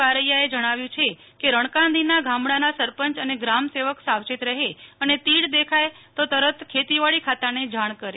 બારૈયા એ જણાવ્યું છે કે રણકાંધી ના ગામડા ના સરપંચ અને ગ્રામ સેવક સાવચેત રહે અને તીડ દેખાય કે તરત ખેતીવાડી ખાતા ને જાણ કરે